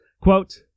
Quote